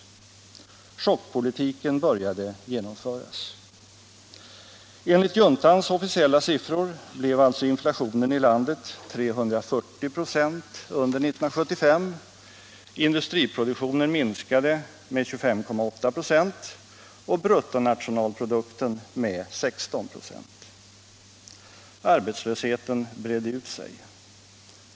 Chockpolitiken började genomföras. Enligt juntans officiella siffror blev alltså inflationen i landet 340 96 under 1975, industriproduktionen minskade med 25,8 96 och bruttonationalprodukten med 16 96! Arbetslösheten bredde ut sig.